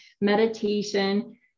meditation